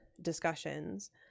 discussions